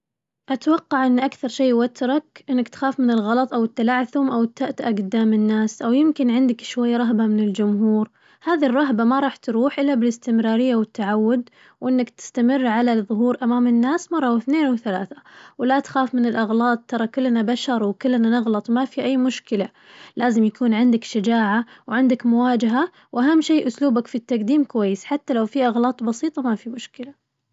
أتوقع إنه أكثر شي يوترك إنك تخاف من الغلط أو التلعثم أو التأتأة قدام الناس، أو يمكن عندك شوي رهبة من الجمهور، هذي الرهبة ما راح تروح إلا بالاستمرارية والتعود وإنك تستمر على الظهور أمام الناس مرة واثنين وثلاثة، ولا تخاف من الأغلاط ترى كلنا بشر وكلنا نغلط ما في أي مشكلة، لازم يكون عندك شجاعة وعندك مواجهة وأهم شي أسلوبك في التقديم كويس حتى لو في أغلاط بسيطة ما في مشكلة.